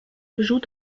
joue